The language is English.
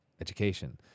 education